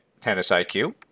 tennisiq